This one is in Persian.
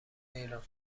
ایران